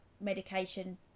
medication